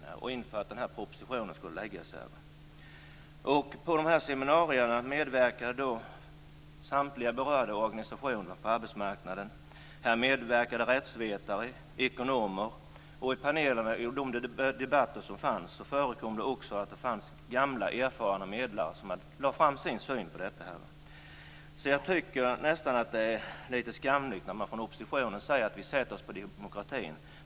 Det skedde inför att propositionen skulle läggas fram. I de här seminarierna medverkade samtliga berörda organisationer på arbetsmarknaden. Här medverkade rättsvetare och ekonomer. I panelerna i de debatter som fördes förekom också gamla erfarna medlare som lade fram sin syn på detta. Jag tycker nästan att det är lite skamligt när man från oppositionens sida säger att vi sätter oss på demokratin.